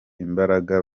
imbaraga